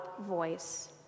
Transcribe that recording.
voice